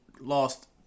lost